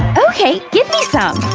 ok, give me some!